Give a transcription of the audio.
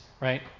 right